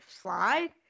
slide